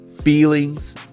feelings